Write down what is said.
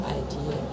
idea